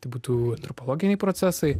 tai būtų tripologiniai procesai